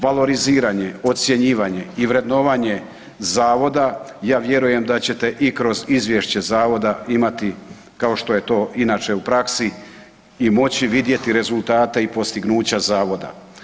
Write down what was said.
Valoriziranje, ocjenjivanje i vrednovanje zavoda, ja vjerujem da ćete i kroz izvješća zavoda imati kao što je to inače u praksi, i moći vidjeti rezultate i postignuća zavoda.